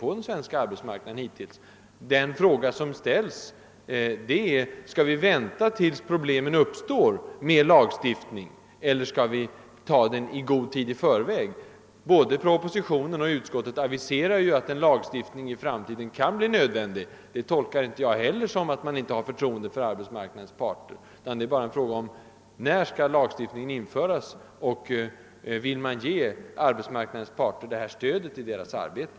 Frågan är nu, om vi skall vänta med lagstiftning tills problemen uppstår eller om vi skall anta den i god tid. Både propositionen och utskottsutlåtandet aviserar att en lagstiftning i framtiden kan bli nödvändig. Inte heller det tolkar jag så, att man inte har förtroende för arbetsmarknadens parter. Frågan är bara när lagstiftningen skall införas och om man redan nu vill ge arbetsmarknadens parter detta stöd i deras arbete.